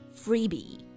freebie